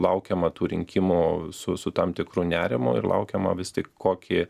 laukiama tų rinkimų su su tam tikru nerimu ir laukiama vis tik kokį